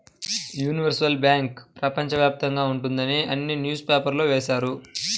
universal bank ప్రపంచ వ్యాప్తంగా ఉంటుంది అని న్యూస్ పేపర్లో వేశారు